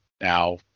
Now